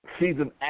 season